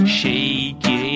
shaky